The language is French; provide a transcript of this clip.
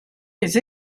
les